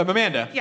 Amanda